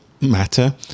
matter